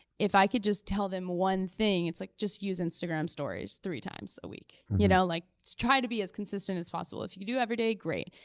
if i could just tell them one thing, it's like, just use instagram stories three times a week. you know like try to be as consistent as possible. if you do every day, great.